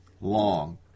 long